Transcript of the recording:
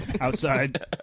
Outside